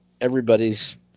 everybody's